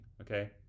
Okay